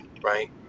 right